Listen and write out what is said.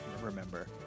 remember